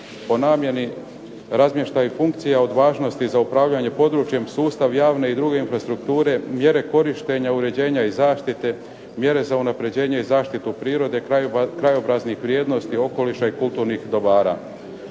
po namjeni, razmještaj funkcija od važnosti za upravljanje područjem sustav javne i druge infrastrukture, mjere korištenja uređenja i zaštite, mjere za unapređenje i zaštitu prirode, krajobraznih vrijednosti, okoliša i kulturnih dobara.